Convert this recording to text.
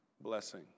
blessing